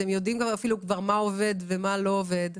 אתם כבר יודעים אפילו מה עובד ומה לא עובד,